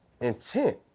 intent